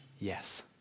Yes